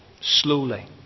slowly